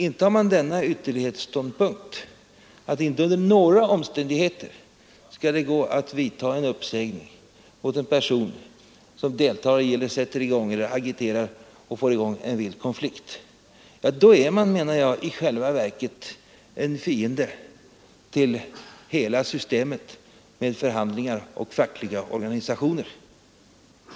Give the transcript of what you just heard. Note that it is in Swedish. Intar man den ytterlighetsståndpunkten att det inte under några omständigheter skall kunna företas en uppsägning mot någon som deltar i, agiterar för eller sätter i gång en vild konflikt — ja, då menar jag att man i själva verket är fiende till hela systemet med förhandlingar och fackliga organisationer.